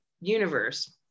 universe